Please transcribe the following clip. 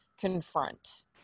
confront